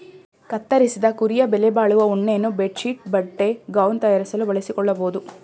ಕತ್ತರಿಸಿದ ಕುರಿಯ ಬೆಲೆಬಾಳುವ ಉಣ್ಣೆಯನ್ನು ಬೆಡ್ ಶೀಟ್ ಬಟ್ಟೆ ಗೌನ್ ತಯಾರಿಸಲು ಬಳಸಿಕೊಳ್ಳಬೋದು